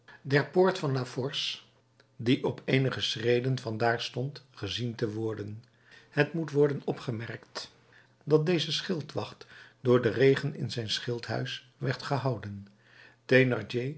poort van la force die op eenige schreden van daar stond gezien te worden het moet worden opgemerkt dat deze schildwacht door den regen in zijn schilderhuis werd gehouden